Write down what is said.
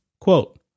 quote